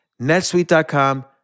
netsuite.com